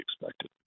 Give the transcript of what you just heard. expected